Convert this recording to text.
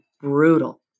brutal